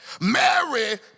Mary